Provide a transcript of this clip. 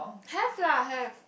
have lah have